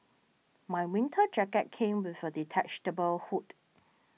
my winter jacket came with a hood